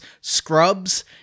Scrubs